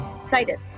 Excited